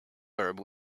herb